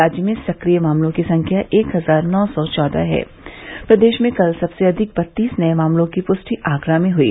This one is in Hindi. राज्य में सक्रिय मामलों की संख्या एक हजार नौ सौ चौदह है प्रदेश में कल सबसे अधिक बत्तीस नए मामलों की पुष्टि आगरा में हुई